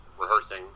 rehearsing